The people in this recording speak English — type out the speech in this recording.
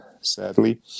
sadly